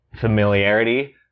familiarity